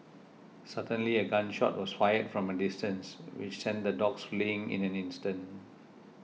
suddenly a gun shot was fired from a distance which sent the dogs fleeing in an instant